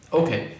okay